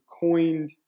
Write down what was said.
coined